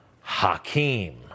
Hakeem